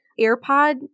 AirPod